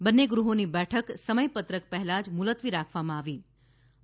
બંને ગૃહોની બેઠક સમયપત્રક પહેલાં જ મુલતવી રાખવામાં આવી છે